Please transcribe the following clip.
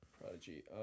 Prodigy